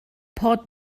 port